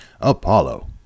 Apollo